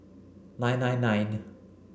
nine nine nine